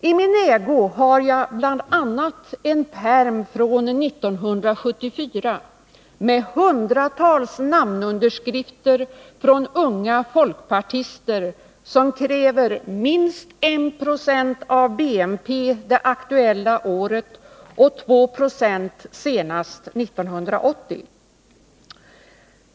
I min ägo har jag bl.a. en pärm från 1974 med hundratals namnunderskrifter från unga folkpartister som krävde minst 1 20 av BNP det aktuella året och 2 90 senast 1980.